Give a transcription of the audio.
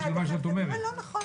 אבל כן בפעילויות משותפות